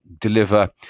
deliver